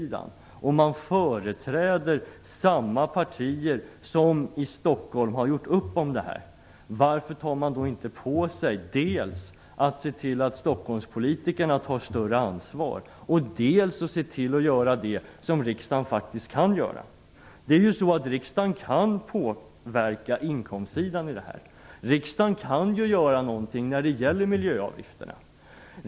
Mot denna bakgrund och om man företräder samma partier som i Stockholm har gjort upp om det här, varför tar man då inte på sig att Stockholmspolitikerna tar större ansvar och varför ser man inte till att göra det som riksdagen faktiskt kan göra? Riksdagen kan påverka inkomstsidan. Riksdagen kan göra någonting när det gäller miljöavgifterna.